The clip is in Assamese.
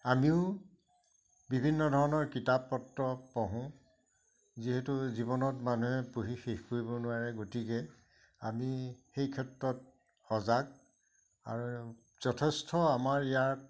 আমিও বিভিন্ন ধৰণৰ কিতাপ পত্ৰ পঢ়োঁ যিহেতু জীৱনত মানুহে পঢ়ি শেষ কৰিব নোৱাৰে গতিকে আমি সেই ক্ষেত্ৰত সজাগ আৰু যথেষ্ট আমাৰ ইয়াত